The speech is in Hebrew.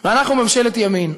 ואנחנו ממשלת ימין.